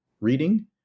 reading